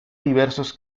diversos